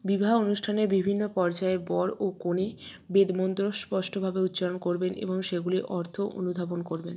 বিবাহ অনুষ্ঠানে বিভিন্ন পর্যায়ে বর ও কনে বেদ মন্ত্র স্পষ্টভাবে উচ্চারণ করবেন এবং সেগুলির অর্থ অনুধাবন করবেন